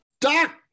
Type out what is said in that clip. Doc